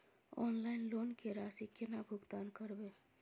Online loan के राशि केना भुगतान करबे?